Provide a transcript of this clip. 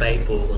പോകുന്നു